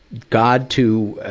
god to, ah,